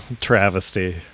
Travesty